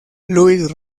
louis